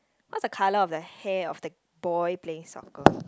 what's the colour of the hair of the boy playing soccer